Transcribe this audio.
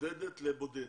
בודדת לבודדת,